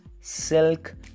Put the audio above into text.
silk